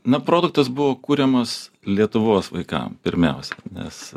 na produktas buvo kuriamas lietuvos vaikam pirmiausia nes